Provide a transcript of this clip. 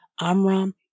Amram